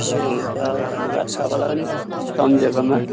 ए हुन्छ धन्यवाद तपाईँलाई पनि सम्झेकोमा